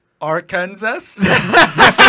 Arkansas